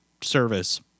service